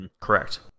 correct